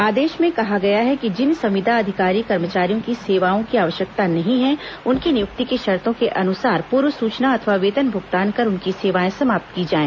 आदेश में कहा गया है कि जिन संविदा अधिकारी कर्मचारियों की सेवाओं की आवश्यकता नहीं है उनकी नियुक्ति की शर्तों के अनुसार पूर्व सूचना अथवा वेतन भुगतान कर उनकी सेवाएं समाप्त की जाए